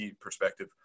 perspective